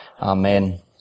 Amen